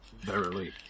Verily